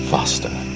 Faster